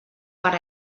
per